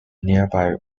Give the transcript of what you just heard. nearby